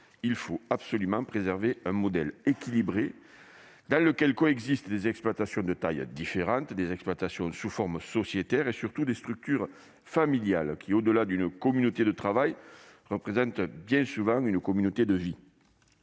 il faut absolument préserver un modèle équilibré, dans lequel coexistent des exploitations de taille différente, des exploitations sous forme sociétaire et surtout des structures familiales, qui, au-delà d'une communauté de travail, représentent bien souvent une communauté de vie.